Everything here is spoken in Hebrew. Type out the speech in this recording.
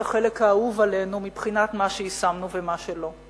החלק האהוב עלינו מבחינת מה שיישמנו ומה שלא.